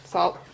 Salt